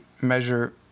measure